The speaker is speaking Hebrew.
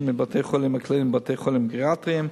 מבתי-חולים כלליים לבתי-חולים גריאטריים,